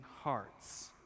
hearts